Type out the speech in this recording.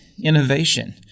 innovation